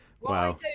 wow